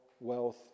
wealth